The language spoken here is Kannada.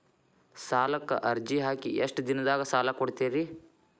ಸಾಲಕ ಅರ್ಜಿ ಹಾಕಿ ಎಷ್ಟು ದಿನದಾಗ ಸಾಲ ಕೊಡ್ತೇರಿ?